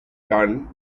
done